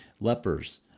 Lepers